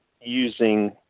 using